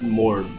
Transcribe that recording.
more